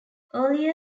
earlier